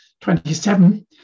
27